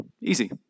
Easy